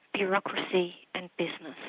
bureaucracy and business,